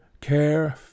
care